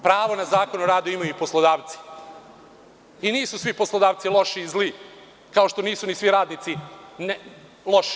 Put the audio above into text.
Pravo na Zakon o radu imaju i poslodavci i nisu svi poslodavci loš i zli, kao što nisu ni svi radnici loši.